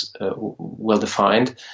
well-defined